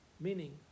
Meaning